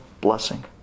blessing